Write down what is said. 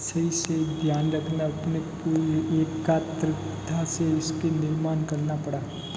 सही से ध्यान रखना अपने को ही से उसके निर्माण करना पड़ा